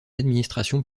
administrations